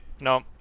no